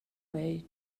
way